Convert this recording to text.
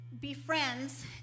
befriends